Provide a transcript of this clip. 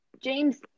James